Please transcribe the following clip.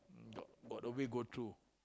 got a way go through